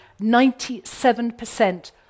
97%